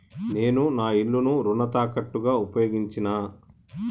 నేను నా ఇల్లును రుణ తాకట్టుగా ఉపయోగించినా